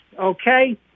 Okay